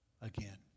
again